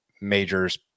majors